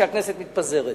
שהכנסת מתפזרת.